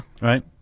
right